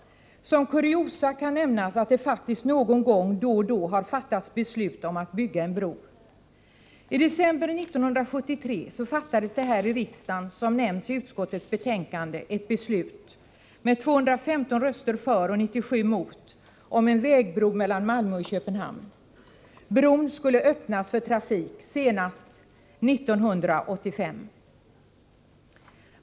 Såsom kuriosa kan nämnas att det faktiskt någon gång då och då har fattats beslut om att bygga en bro. I december 1973 fattades här i riksdagen, såsom nämns i utskottets betänkande, ett beslut med 215 röster för och 97 mot en vägbro mellan Malmö och Köpenhamn. Bron skulle öppnas för trafik senast 1985.